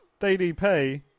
DDP